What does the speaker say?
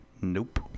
Nope